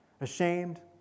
ashamed